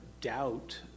doubt